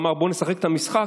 אמר: בוא נשחק את המשחק,